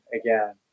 again